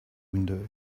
window